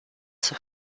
sus